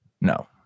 No